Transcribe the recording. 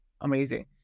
Amazing